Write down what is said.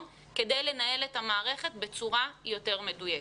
כדי לנהל את המערכת בצורה יותר מדויקת.